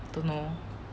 don't know